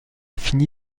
fini